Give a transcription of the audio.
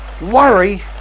Worry